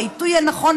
בעיתוי הנכון,